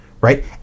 right